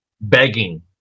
begging